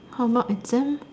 how not exams